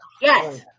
Yes